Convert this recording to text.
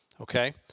Okay